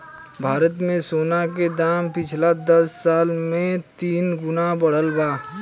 भारत मे सोना के दाम पिछला दस साल मे तीन गुना बढ़ल बा